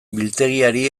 biltegiari